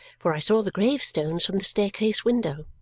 for i saw the gravestones from the staircase window.